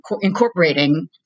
incorporating